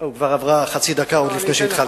אה, להרחיב, כבר עברה חצי דקה, עוד לפני שהתחלתי.